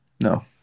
No